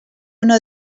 una